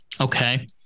okay